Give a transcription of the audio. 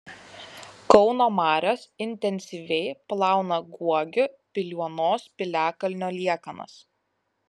kauno marios intensyviai plauna guogių piliuonos piliakalnio liekanas